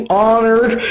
honored